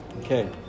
okay